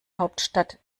hauptstadt